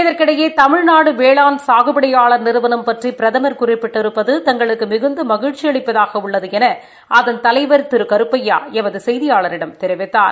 இதற்கிடையே தமிழ்நாடு வேளாண் சாகுபடியாளா் நிறுவனம் பற்றி பிரதமா் குறிப்பிட்டிருப்பது தங்களுக்கு மிகுந்த மகிழச்சி அளிப்பதாக உள்ளது என அதன் தலைவர் திரு ஏ பி கருப்பயா எமது செய்தியாளரிடம் தெரிவித்தார்